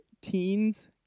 Teens